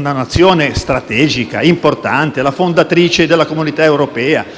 una Nazione strategica, importante, fondatrice della Comunità europea. L'Italia